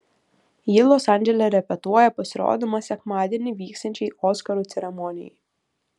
ji los andžele repetuoja pasirodymą sekmadienį vyksiančiai oskarų ceremonijai